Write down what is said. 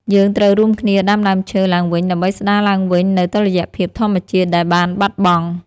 យើងត្រូវរួមគ្នាដាំដើមឈើឡើងវិញដើម្បីស្តារឡើងវិញនូវតុល្យភាពធម្មជាតិដែលបានបាត់បង់។